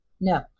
No